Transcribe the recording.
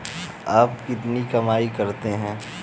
आप कितनी कमाई करते हैं?